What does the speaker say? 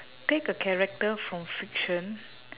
take a character from fiction